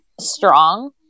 strong